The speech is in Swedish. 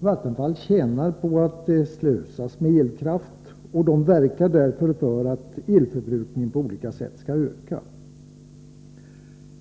Vattenfall tjänar på att det slösas med elkraft och verkar därför för att elförbrukningen på olika sätt skall öka.